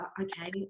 okay